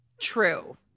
True